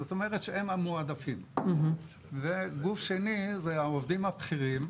זאת אומרת שהם "המועדפים" והגוף השני אלו העובדים הבכירים,